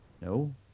No